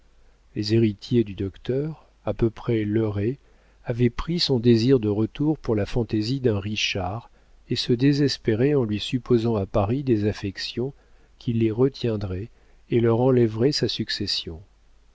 les héritiers du docteur à peu près leurrés avaient pris son désir de retour pour la fantaisie d'un richard et se désespéraient en lui supposant à paris des affections qui l'y retiendraient et leur enlèveraient sa succession